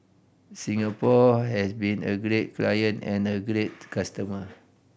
Singapore has been a great client and a great customer